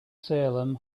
salem